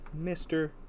mr